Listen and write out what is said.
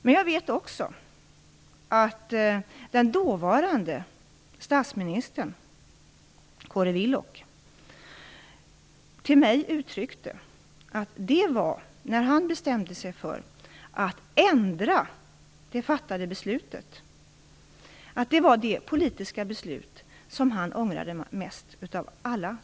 Men jag vill här också påpeka att den dåvarande statsministern, Kåre Willoch, till mig har uttryckt att hans beslut om att ändra det fattade beslutet var det politiska beslut som han ångrade mest av alla.